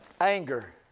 anger